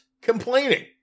complaining